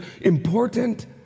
important